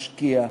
משקיע,